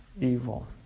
evil